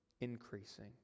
increasing